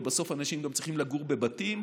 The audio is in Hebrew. ובסוף אנשים צריכים לגור בבתים.